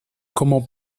como